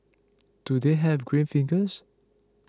do they have green fingers